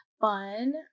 fun